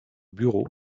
bureau